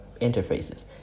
interfaces